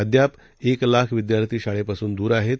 अध्यापएकलाखविद्यार्थीशाळेपासूनदूरआहेत